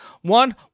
One